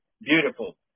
Beautiful